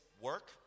work